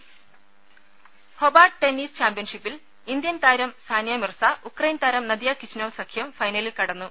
രെ Hobart tennis ചാമ്പ്യൻഷിപ്പിൽ ഇന്ത്യൻതാരം സാനിയമിർസ ഉക്രൈൻ താരം നദിയ കിച്ച്നോവ് സഖ്യം ഫൈനലിൽ കടന്നു